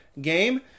game